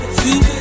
see